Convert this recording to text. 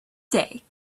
day